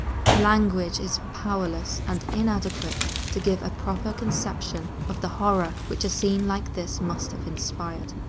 language is powerless and inadequate to give a proper conception of the horror which a scene like this must have inspired.